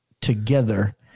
together